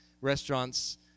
restaurants